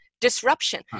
disruption